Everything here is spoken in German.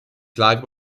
klage